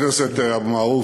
חבר הכנסת אבו מערוף,